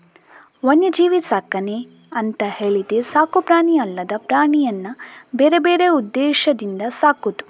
ವನ್ಯಜೀವಿ ಸಾಕಣೆ ಅಂತ ಹೇಳಿದ್ರೆ ಸಾಕು ಪ್ರಾಣಿ ಅಲ್ಲದ ಪ್ರಾಣಿಯನ್ನ ಬೇರೆ ಬೇರೆ ಉದ್ದೇಶದಿಂದ ಸಾಕುದು